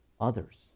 others